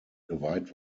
geweiht